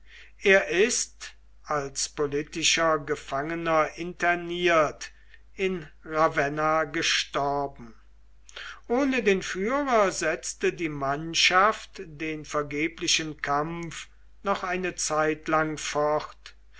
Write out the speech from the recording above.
er ist als politischer gefangener interniert in ravenna gestorben ohne den führer setzte die mannschaft den vergeblichen kampf noch eine zeitlang fort